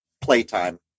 playtime